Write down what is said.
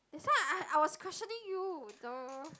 that why I I was questioning you duh